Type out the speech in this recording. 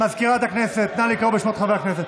סגנית מזכיר הכנסת, נא לקרוא בשמות חברי הכנסת.